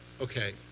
Okay